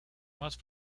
más